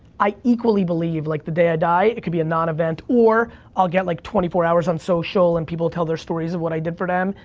i equally believe, like, the day i die, it could be a nonevent, or i'll get like twenty four hours on social, and people will tell their stories of what i did for them,